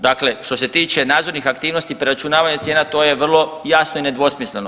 Dakle, što se tiče nadzornih aktivnosti preračunavanje cijena to je vrlo jasno i nedvosmisleno.